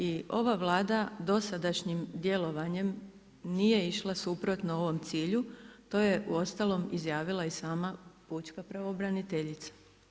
I ova Vlada dosadašnjim djelovanjem, nije išla suprotno ovom cilju, to je uostalom izjavila sama Pučka pravobraniteljica.